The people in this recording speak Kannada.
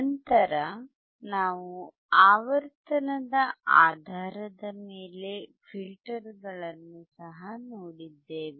ನಂತರ ನಾವು ಆವರ್ತನದ ಆಧಾರದ ಮೇಲೆ ಫಿಲ್ಟರ್ಗಳನ್ನು ಸಹ ನೋಡಿದ್ದೇವೆ